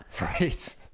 Right